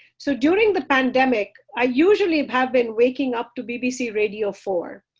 so during the pandemic, i usually have been waking up to bbc radio four,